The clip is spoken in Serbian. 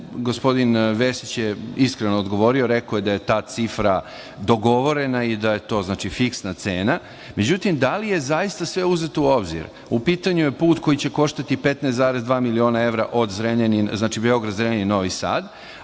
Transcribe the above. gospodin Vesić je iskreno odgovori, rekao je da je ta cifra dogovorena i da je to fiksna cena, međutim da li je sve zaista uzeto u obzir, u pitanju je put koji će koštati 15,2 miliona evra, put Beograd – Zrenjanin – Novi Sad,